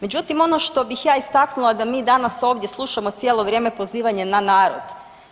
Međutim, ono što bih ja istaknula da mi danas ovdje slušamo cijelo vrijeme pozivanje na narod.